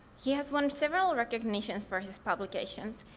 he has won several recognitions for his publications,